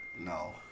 No